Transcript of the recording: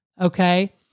Okay